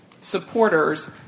supporters